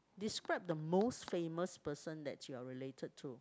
describe the most famous person that you are related to